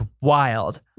wild